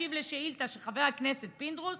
להשיב על שאילתה של חבר הכנסת פינדרוס